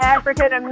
African